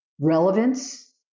Relevance